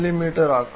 me ஆக்கவும்